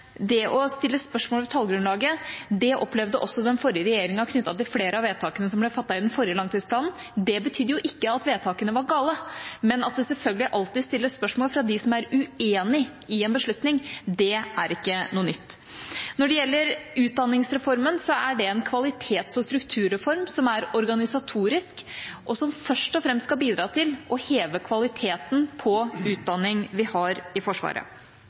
det å stille spørsmål ved tallgrunnlaget, opplevde også den forrige regjeringa, knyttet til flere av vedtakene som ble fattet i den forrige langtidsplanen. Det betydde jo ikke at vedtakene var gale, men at det selvfølgelig alltid stilles spørsmål fra dem som er uenig i en beslutning. Det er ikke noe nytt. Når det gjelder utdanningsreformen, er det en kvalitets- og strukturreform som er organisatorisk, og som først og fremst skal bidra til å heve kvaliteten på utdanningen vi har i Forsvaret.